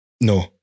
No